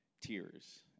tears